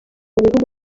bihugu